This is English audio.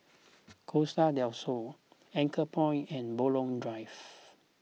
Costa del Sol Anchorpoint and Buroh Drive